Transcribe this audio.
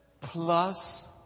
plus